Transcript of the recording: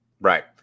Right